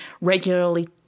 regularly